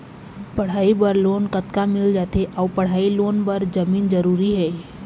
पढ़ई बर लोन कतका मिल जाथे अऊ पढ़ई लोन बर जमीन जरूरी हे?